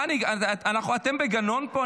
מה, אתם בגנון פה?